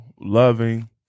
loving